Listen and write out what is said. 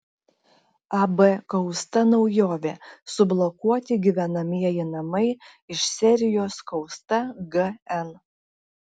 ab kausta naujovė sublokuoti gyvenamieji namai iš serijos kausta gn